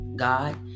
God